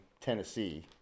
Tennessee